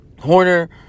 Horner